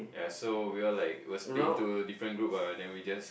yeah so we all like will split into group ah then we just